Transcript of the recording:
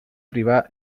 privar